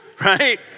Right